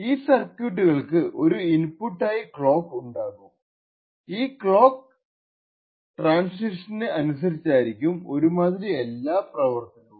ഈ സർക്യൂട്ടുകൾക്കു ഒരു ഇൻപുട്ട് ആയി ക്ലോക്ക് ഉണ്ടാകും ഈ ക്ലോക്ക് ട്രാന്സിഷന് അനുസരിച്ചായിരിക്കും ഒരുമാതിരി എല്ലാ പ്രവർത്തനവും